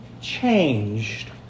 changed